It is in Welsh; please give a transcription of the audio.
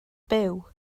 byw